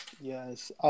Yes